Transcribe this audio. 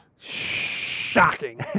Shocking